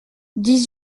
dix